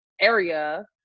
area